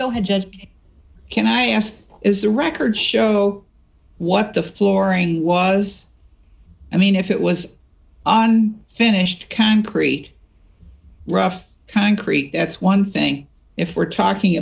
gent can i ask is the record show what the flooring was i mean if it was on finished concrete rough concrete it's one thing if we're talking